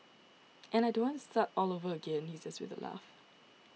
and I don't want to start all over again he says with a laugh